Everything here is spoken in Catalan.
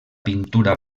pintura